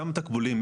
אותם תקבולים,